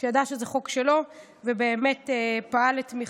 שידע שזה חוק שלו ובאמת פעל תמיכתו.